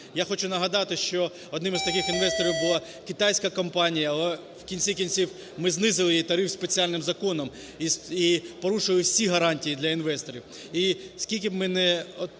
Я хочу нагадати, що одним із таких інвесторів була китайська компанія, в кінці кінців ми знизили їй тариф спеціальним законом, і порушили всі гарантії для інвесторів.